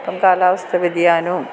ഇപ്പം കാലാവസ്ഥാവ്യതിയാനവും